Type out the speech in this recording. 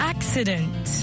Accident